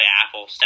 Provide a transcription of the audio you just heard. Apple